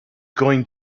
going